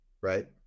Right